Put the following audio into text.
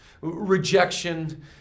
Rejection